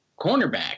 cornerback